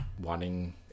wanting